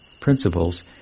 principles